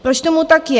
Proč tomu tak je?